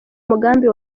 umugambi